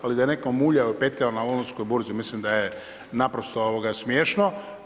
Ali da je netko muljao i petljao na Londonskoj burzi, mislim da je naprosto smješno.